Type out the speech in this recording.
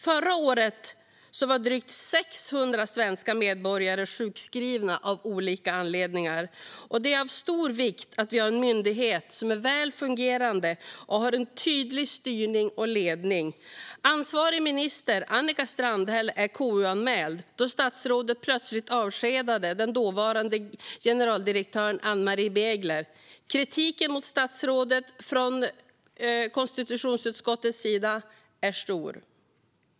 Förra året var drygt 600 000 svenska medborgare sjukskrivna av olika anledningar. Det är av stor vikt att vi har en myndighet som är väl fungerande och har en tydlig styrning och ledning. Ansvarig minister Annika Strandhäll är KU-anmäld, då statsrådet plötsligt avskedade den dåvarande generaldirektören Ann-Marie Begler. Kritiken mot statsrådet från konstitutionsutskottets sida är stor.